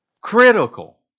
critical